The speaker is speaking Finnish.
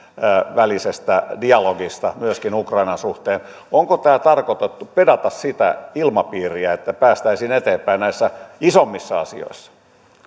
välisestä dialogista myöskin ukrainan suhteen onko tällä tarkoitettu pedata sitä ilmapiiriä että päästäisiin eteenpäin näissä isommissa asioissa